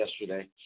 yesterday